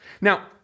Now